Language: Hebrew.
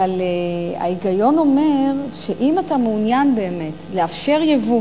אבל ההיגיון אומר שאם אתה מעוניין באמת לאפשר ייבוא